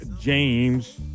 James